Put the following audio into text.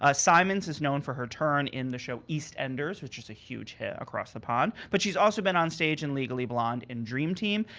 ah simons is known for her turn in the show eastenders which is a huge hit across the pond. but she's also been on stage in legally blond in dream team.